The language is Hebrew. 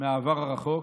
מהעבר הרחוק.